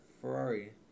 Ferrari